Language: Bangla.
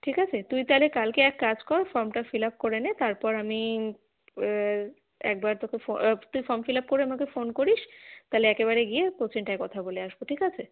ঠিক আছে তুই তাহলে কালকে এক কাজ কর ফর্মটা ফিল আপ করে নে তারপর আমি একবার তোকে ফোন তুই ফর্ম ফিল আপ করে আমাকে ফোন করিস তালে একেবারে গিয়ে কোচিংটায় কথা বলে আসবো ঠিক আছে